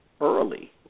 early